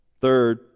third